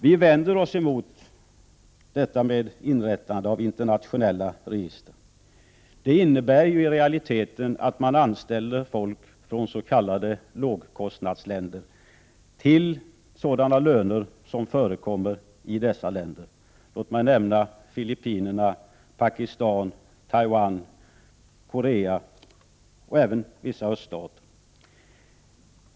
Vi socialdemokrater vänder oss emot inrättandet av ett internationellt register. Det innebär ju i realiteten att man anställer folk från s.k. lågkostnadsländer till sådana löner som förekommer i dessa länder. Låt mig nämna Filippinerna, Pakistan, Taiwan, Korea och även vissa öststater.